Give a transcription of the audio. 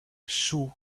sue